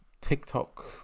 TikTok